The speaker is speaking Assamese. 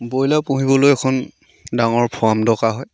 ব্ৰইলাৰ পুহিবলৈ এখন ডাঙৰ ফাৰ্ম দৰকাৰ হয়